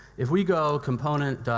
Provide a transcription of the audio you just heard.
if we go component